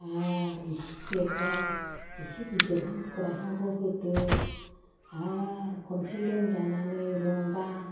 आरो एसे देरबा एसे गिदिर हां गोराहांखौ होदो आरो खनसे लोमजानानै रुंबा